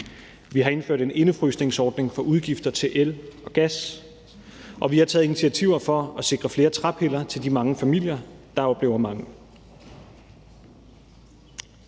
vi har indført en indefrysningsordning for udgifter til el og gas; og vi har taget initiativer til at sikre flere træpiller til de mange familier, der oplever mangel.